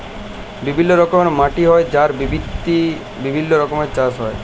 বিভিল্য রকমের মাটি হ্যয় যার ভিত্তিতে বিভিল্য রকমের চাস হ্য়য়